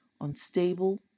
unstable